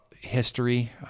history